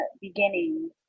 beginning